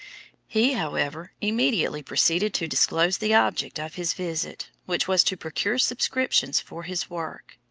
he, however, immediately proceeded to disclose the object of his visit, which was to procure subscriptions for his work.